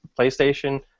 PlayStation